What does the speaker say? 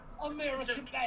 American